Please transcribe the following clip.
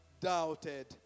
doubted